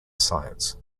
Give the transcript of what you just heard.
science